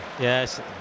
Yes